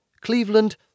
Cleveland